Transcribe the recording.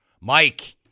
Mike